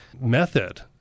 method